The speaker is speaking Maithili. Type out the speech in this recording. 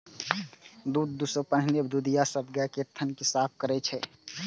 दूध दुहै सं पहिने दुधिया सब गाय के थन कें साफ करै छै